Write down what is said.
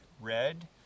Red